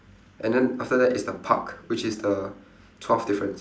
and then after that is the park which is the twelfth difference